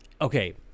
okay